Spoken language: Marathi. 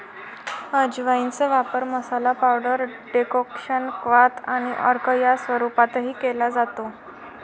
अजवाइनचा वापर मसाला, पावडर, डेकोक्शन, क्वाथ आणि अर्क या स्वरूपातही केला जातो